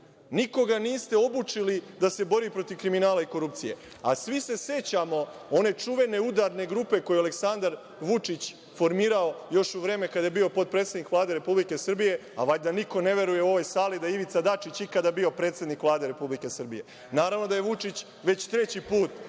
Nikoga niste obučili da se bori protiv kriminala i korupcije, a svi se sećamo one čuvane udarne grupe koju je Aleksandar Vučić formirao još u vreme kada je bio potpredsednik Vlade Republike Srbije, a valjda niko ne veruje u ovoj sali da je Ivica Dačić ikada bio predsednik Vlade Republike Srbije, naravno da je Vučić već treći put